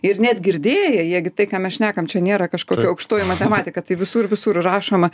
ir net girdėję jie gi tai ką mes šnekam čia nėra kažkokia aukštoji matematika tai visur visur rašoma